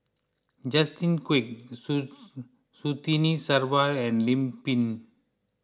Justin Quek Surtini Sarwan and Lim Pin